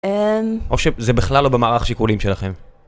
או שזה בכלל לא במערך שיקורים שלכם